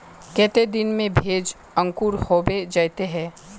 केते दिन में भेज अंकूर होबे जयते है?